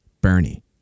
Bernie